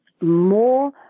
more